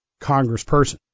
congressperson